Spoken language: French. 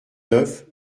neuf